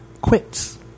quits